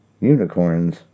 unicorns